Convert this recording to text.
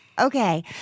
Okay